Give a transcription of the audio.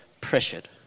pressured